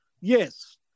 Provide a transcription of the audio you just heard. Yes